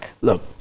look